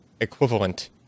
equivalent